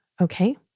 Okay